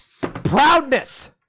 Proudness